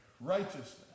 righteousness